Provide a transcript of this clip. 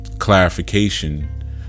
Clarification